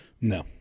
no